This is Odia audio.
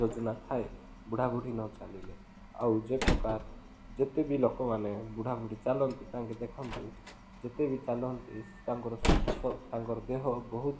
ଯୋଜନା ଥାଏ ବୁଢ଼ାବୁଢ଼ୀ ନ ଚାଲିଲେ ଆଉ ଯେ ପ୍ରକାର ଯେତେ ବିି ଲୋକମାନେ ବୁଢ଼ାବୁଢ଼ୀ ଚାଲନ୍ତି ତାଙ୍କେ ଦେଖନ୍ତୁ ଯେତେ ବି ଚାଲନ୍ତି ତାଙ୍କର ସୁସ୍ଥ ତାଙ୍କର ଦେହ ବହୁତ